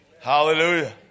Hallelujah